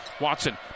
Watson